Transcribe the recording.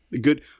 Good